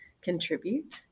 contribute